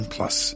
Plus